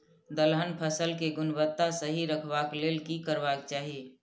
दलहन फसल केय गुणवत्ता सही रखवाक लेल की करबाक चाहि?